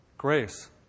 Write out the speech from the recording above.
Grace